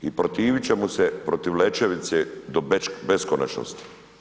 I protivit ćemo se protiv Lečevice do beskonačnosti.